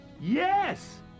Yes